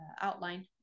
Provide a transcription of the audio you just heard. outline